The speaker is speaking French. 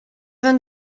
vingt